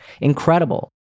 Incredible